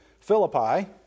Philippi